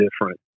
different